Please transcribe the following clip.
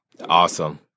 Awesome